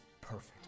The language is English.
perfect